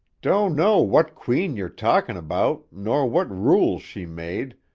don't know what queen you're talkin' about, nor what rules she made,